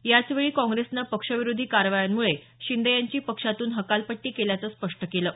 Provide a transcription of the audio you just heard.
याचवेळी काँग्रेसनं पक्षविरोधी कार्यांमुळे शिंदे यांची पक्षातून हकालपट्टी केल्याचं स्पष्ट केलं आहे